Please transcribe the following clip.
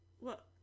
look